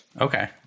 Okay